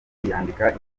yandika